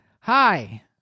Hi